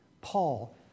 Paul